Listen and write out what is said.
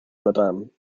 madame